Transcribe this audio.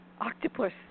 Octopus